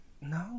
No